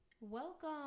welcome